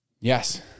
Yes